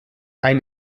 ein